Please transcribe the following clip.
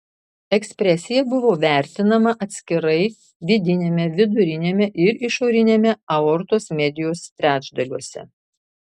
ekspresija buvo vertinama atskirai vidiniame viduriniame ir išoriniame aortos medijos trečdaliuose